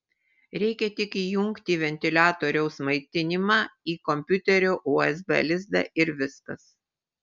reikia tik įjungti ventiliatoriaus maitinimą į kompiuterio usb lizdą ir viskas